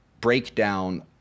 breakdown